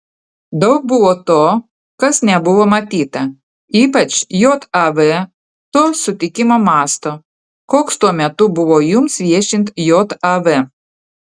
daug buvo to kas nebuvo matyta ypač jav to sutikimo masto koks tuo metu buvo jums viešint jav